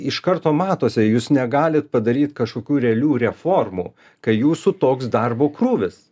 iš karto matosi jūs negalit padaryt kažkokių realių reformų kai jūsų toks darbo krūvis